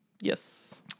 Yes